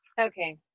okay